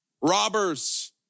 robbers